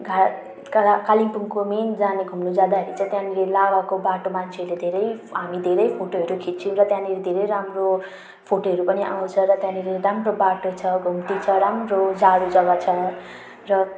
कहाँ कहाँ कालिम्पोङको मेन जाने घुम्नु जगाहरू चाहिँ त्यहाँनेरि लाभाको बाटो मान्छेहरूले धेरै हामी धेरै फोटोहरू खिच्छौँ र त्यहाँदेखि धेरै हाम्रो फोटोहरू पनि आउँछ र त्यहाँनेर राम्रो बाटो छ घुम्ती छ राम्रो जाडो जगा छ र